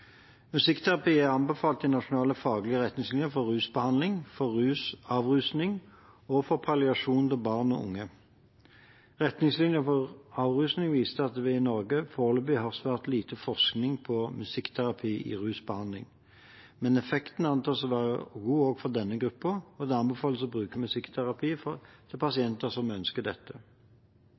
er anbefalt i nasjonal faglig retningslinje for rusbehandling, for avrusing og for palliasjon til barn og unge. I retningslinjen for avrusing vises det til at vi Norge foreløpig har svært lite forskning på musikkterapi i rusbehandling. Men effekten antas å være god også for denne gruppen, og det anbefales å bruke musikkterapi til pasienter som ønsker dette.